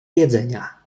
jedzenia